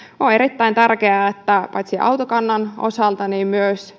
on erittäin tärkeää että paitsi autokannan osalta myös